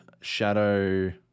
Shadow